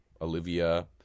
Olivia